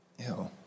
Ew